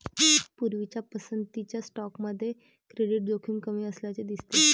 पूर्वीच्या पसंतीच्या स्टॉकमध्ये क्रेडिट जोखीम कमी असल्याचे दिसते